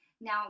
Now